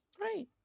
Right